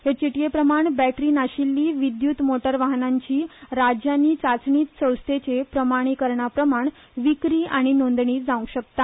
हे चिटयेप्रमाण बॅटरी नाशिल्ली विद्युत मोटर वाहनाची राज्यानी चाचणी संस्थेचे प्रमाणिकरणाप्रमाण ाविक्री आनी नोंदणी जावंक शकता